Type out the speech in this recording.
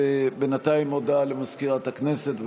בינתיים, הודעה למזכירת הכנסת.